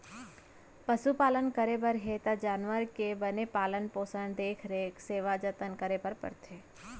पसु पालन करे बर हे त जानवर के बने पालन पोसन, देख रेख, सेवा जनत करे बर परथे